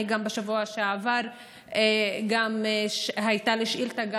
גם בשבוע שעבר הייתה לי שאילתה,